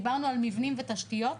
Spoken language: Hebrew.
דיברנו על מבנים ותשתיות.